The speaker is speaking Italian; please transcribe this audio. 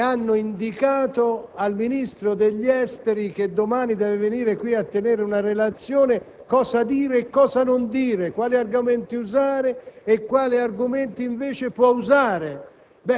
che hanno indicato al Ministro degli esteri, che domani deve venire qui in Senato a tenere una relazione, cosa dire e cosa non dire, quali argomenti usare e quali non usare.